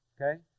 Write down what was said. okay